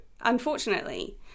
unfortunately